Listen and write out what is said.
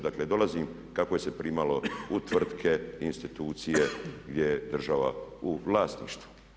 Dakle, dolazim kako se primalo u tvrtke, institucije gdje je država u vlasništvu.